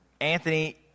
Anthony